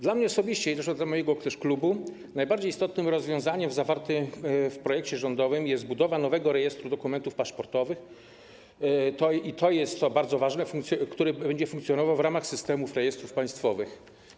Dla mnie osobiście i zresztą też dla mojego klubu najbardziej istotnym rozwiązaniem zawartym w projekcie rządowym jest budowa nowego Rejestru Dokumentów Paszportowych - to jest bardzo ważne - który będzie funkcjonował w ramach Systemu Rejestrów Państwowych.